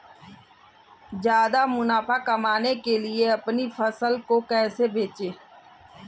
ज्यादा मुनाफा कमाने के लिए अपनी फसल को कैसे बेचें?